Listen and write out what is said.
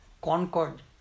Concorde